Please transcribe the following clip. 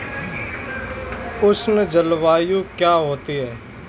उष्ण जलवायु क्या होती है?